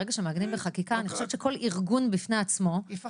ברגע שמעגנים בחקיקה כל ארגון בפני עצמו יודע